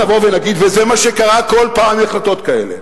וזה מה שקרה כל פעם עם החלטות כאלה.